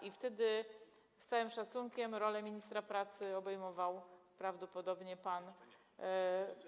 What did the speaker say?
i wtedy, z całym szacunkiem, stanowisko ministra pracy obejmował prawdopodobnie pan.